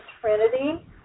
Trinity